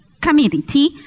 community